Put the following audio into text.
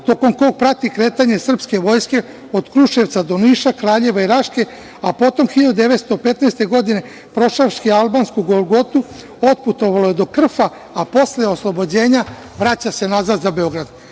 tokom kog prati kretanje srpske vojske od Kruševca do Niša, Kraljeva i Raške, a potom 1915. godine prošavši albansku golgotu otputovalo je do Krfa, a posle oslobođenja vraća se nazad za